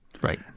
Right